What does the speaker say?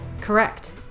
Correct